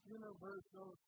universal